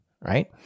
right